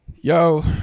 yo